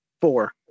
Four